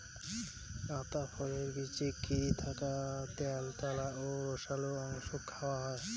আতা ফলের বীচিক ঘিরি থাকা ত্যালত্যালা ও রসালো অংশক খাওয়াং হই